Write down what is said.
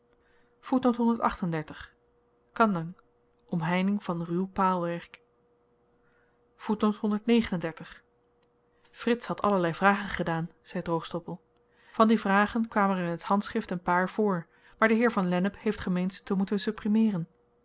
kendang omheining van ruw paalwerk frits had allerlei vragen gedaan zegt droogstoppel van die vragen kwamen er in t hs n paar voor maar de heer v lennep heeft gemeend ze te moeten